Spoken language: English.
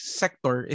sector